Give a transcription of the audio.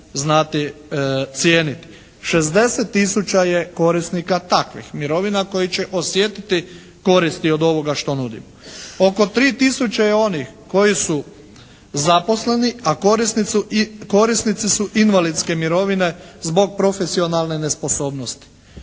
60 tisuća je korisnika takvih mirovina koji će osjetiti koristi od ovoga što nudimo. Oko 3 tisuće je onih koji su zaposleni a korisnici su invalidske mirovine zbog profesionalne nesposobnosti.